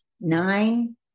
Nine